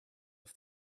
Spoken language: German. auf